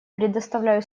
предоставляю